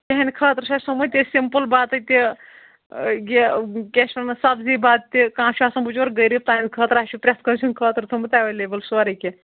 تِہٕنٛدِ خٲطرٕ چھِ اَسہِ تھوٚمُت یہِ سِمپٕل بَتہٕ تہِ یہِ کیٛاہ چھِ وَنان سبزی بَتہٕ تہِ کانٛہہ چھُ آسان بچور غریٖب تَہنٛدِ خٲطرٕ اَسہِ چھُ پرٛٮ۪تھ کٲنٛسہِ ہٕنٛدۍ خٲطرٕ تھوٚمُت اٮ۪ویلیبٕل سورُے کیٚنٛہہ